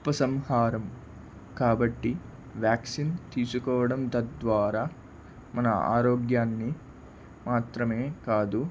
ఉపసంహారం కాబట్టి వ్యాక్సిన్ తీసుకోవడం తద్వారా మన ఆరోగ్యాన్ని మాత్రమే కాదు